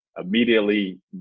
immediately